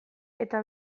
eta